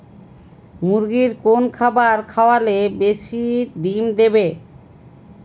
মুরগির কোন খাবার খাওয়ালে বেশি ডিম দেবে?